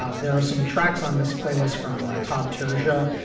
ah there are some tracks on this playlist from todd trisha,